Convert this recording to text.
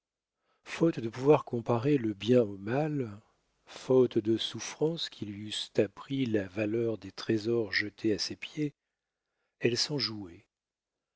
faute de pouvoir comparer le bien au mal faute de souffrances qui lui eussent appris la valeur des trésors jetés à ses pieds